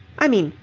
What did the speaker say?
i mean,